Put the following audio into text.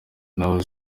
naho